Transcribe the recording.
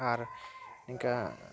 ᱟᱨ ᱤᱱᱠᱟᱹ